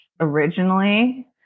originally